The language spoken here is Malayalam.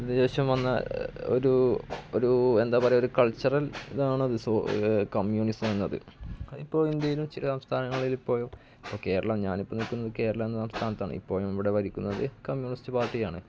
അതിന് ശേഷം വന്ന ഒരൂ ഒരൂ എന്താണു പറയുക ഒരു കൾച്ചറൽ ഇതാണത് കമ്മ്യൂണിസമെന്നത് അതിപ്പോള് ഇന്ത്യയിലും ചില സംസ്ഥാനങ്ങളിപ്പോഴും ഇപ്പോള് കേരളം ഞാനിപ്പോള് നില്ക്കുന്നത് കേരളമെന്ന സംസ്ഥാനത്താണ് ഇപ്പോഴിവിടെ ഭരിക്കുന്നത് കമ്മ്യൂണിസ്റ്റ് പാർട്ടിയാണ്